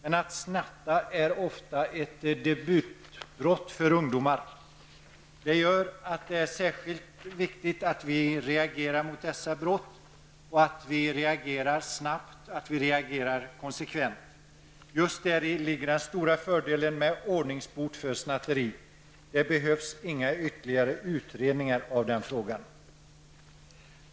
Att snatta är ofta ett debutbrott för ungdomar. Det är därför särskilt viktigt att vi reagerar mot dessa brott, snabbt och konsekvent. Just däri ligger den stora fördelen med ordningsbot för snatteri. Det behövs inga ytterligare utredningar av den frågan.